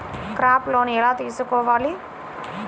Crop loan ఎలా తీసుకోవాలి?